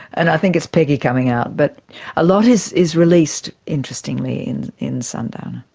and i think it's peggy coming out but a lot is is released interestingly in in sundowner.